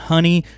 Honey